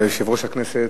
שיושב-ראש הכנסת,